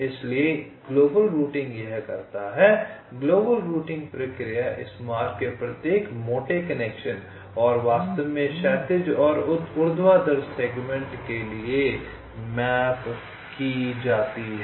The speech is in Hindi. इसलिए ग्लोबल रूटिंग यह करता है ग्लोबल रूटिंग प्रक्रिया इस प्रकार के प्रत्येक मोटे कनेक्शन और वास्तव में क्षैतिज और ऊर्ध्वाधर सेगमेंट के लिए मैप की जाती है